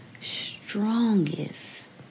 strongest